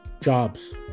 jobs